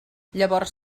llavors